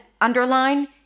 underline